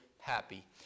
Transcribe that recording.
happy